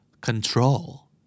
Control